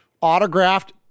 autographed